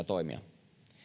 toimia